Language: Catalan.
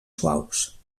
suaus